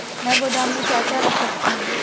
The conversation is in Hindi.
मैं गोदाम में क्या क्या रख सकता हूँ?